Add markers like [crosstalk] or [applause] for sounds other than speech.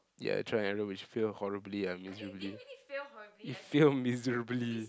ya trial and error which fail horrible ah miserably [noise] it fail miserably